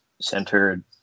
centered